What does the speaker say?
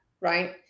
right